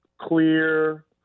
clear